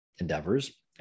endeavors